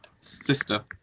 sister